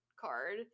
card